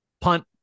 punt